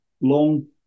Long